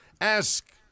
Ask